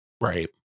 Right